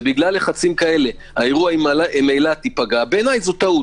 ובגלל לחצים כאלה האירוע עם אילת ייפגע - בעיניי זו טעות.